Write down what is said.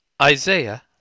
Isaiah